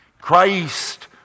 Christ